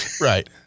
Right